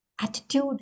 attitude